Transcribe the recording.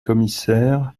commissaires